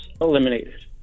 eliminated